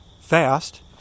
fast